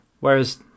Whereas